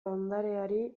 ondareari